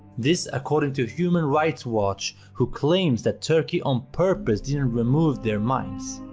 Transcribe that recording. this according to human rights watch who claims that turkey on purpose didn't remove their mines.